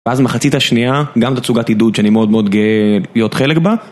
ואז מחצית השנייה, גם בתצוגת עידוד שאני מאוד מאוד גאה להיות חלק בה.